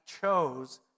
chose